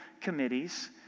committees